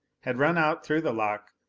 had run out through the lock,